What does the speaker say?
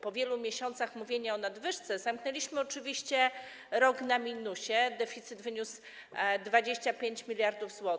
Po wielu miesiącach mówienia o nadwyżce zamknęliśmy oczywiście rok na minusie, deficyt wyniósł 25 mld zł.